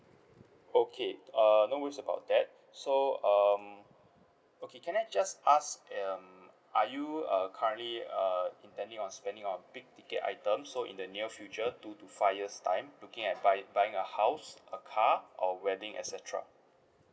okay uh no worries about that so um okay can I just ask um are you uh currently uh intending on spending on big ticket item so in the near future two to five years time looking at buy~ buying a house a car or wedding et cetera